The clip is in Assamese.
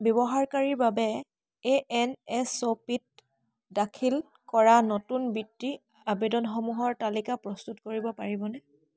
ব্যৱহাৰকাৰীৰ বাবে এ এন এছ পিত দাখিল কৰা নতুন বৃত্তি আবেদনসমূহৰ তালিকা প্ৰস্তুত কৰিব পাৰিবনে